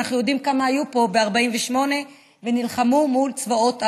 ואנחנו יודעים כמה היו פה ב-48' ונלחמו מול צבאות ערב.